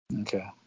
Okay